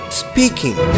speaking